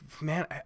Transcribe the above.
man